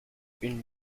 une